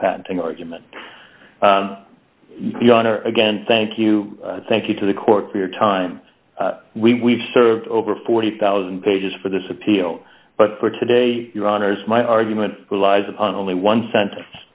patenting argument again thank you thank you to the court for your time we served over forty thousand pages for this appeal but for today your honour's my argument relies upon only one sen